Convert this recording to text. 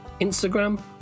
Instagram